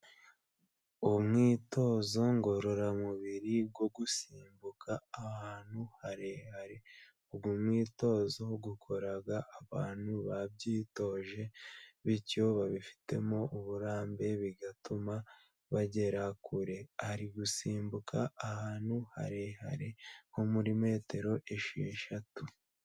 Umwitozo ngororamubiri wo gusimbuka ahantu harehare ,uyu mwitozo ukora abantu babyitoje bityo babifitemo uburambe bigatuma bagera kure, ari gusimbuka ahantu harehare nko muri metero esheshatu.